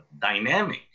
dynamic